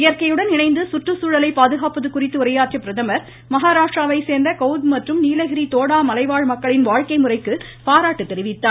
இயற்கையுடன் இணைந்து சுற்றுச்சூழலை பாதுகாப்பது குறித்து உரையாற்றிய பிரதமர் மஹாராஷ்டிராவைச் சோ்ந்த கவுத் மற்றும் நீலகிரி தோடா மலைவாழ் மக்களின் வாழ்க்கை முறைக்கு பாராட்டு தெரிவித்தார்